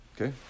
okay